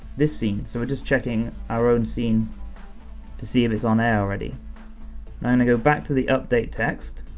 this scene. so we're just checking our own scene to see if it's on air already. now i'm gonna go back to the update text,